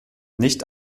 nicht